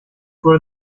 for